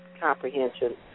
comprehension